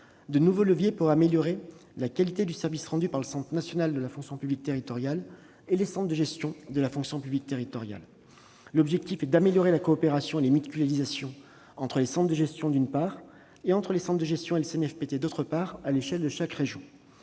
de nouveaux leviers pour améliorer la qualité du service rendu par le Centre national de la fonction publique territoriale, le CNFPT, et les centres de gestion de la fonction publique territoriale. L'objectif est d'améliorer la coopération et les mutualisations entre les centres de gestion, d'une part, et entre les centres de gestion et le CNFPT, d'autre part, à l'échelle de chaque région.